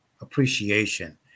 appreciation